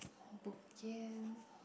book in